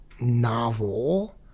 novel